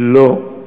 לא,